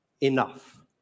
enough